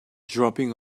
dropping